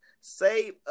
Save